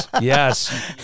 Yes